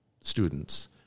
students